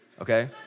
okay